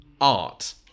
art